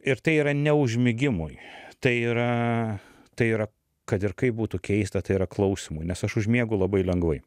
ir tai yra ne užmigimui tai yra tai yra kad ir kaip būtų keista tai yra klausymui nes aš užmiegu labai lengvai